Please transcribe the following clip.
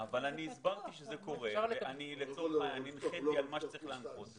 הסברתי שזה קורה והנחיתי מה שצריך להנחות.